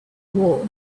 war